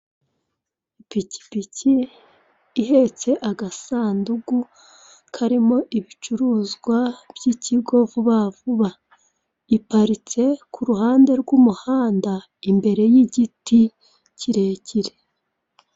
Ipikipiki ihetse agasandugu karimo ibicuruzwa by'ikigo vuba vuba iparitse ku ruhande rw'umuhanda imbere y'igiti kire kire.